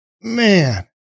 Man